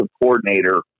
coordinator